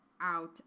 out